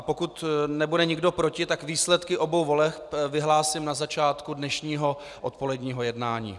Pokud nebude nikdo proti, výsledky obou voleb vyhlásím na začátku dnešního odpoledního jednání.